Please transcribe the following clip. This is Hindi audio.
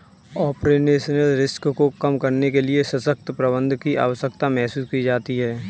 ऑपरेशनल रिस्क को कम करने के लिए सशक्त प्रबंधन की आवश्यकता महसूस की जाती है